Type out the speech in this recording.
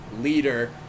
leader